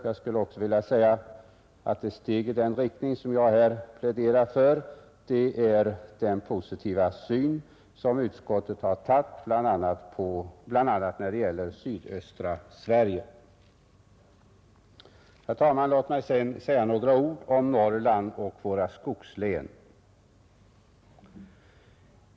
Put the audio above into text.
Jag vill tillägga att ett steg i den riktning jag här pläderar för är den positiva syn som utskottet har anlagt bl.a. när det gäller sydöstra Sverige. Herr talman! Låt mig säga några ord om Norrland och våra skogslän!